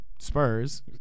Spurs